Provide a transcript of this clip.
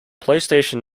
playstation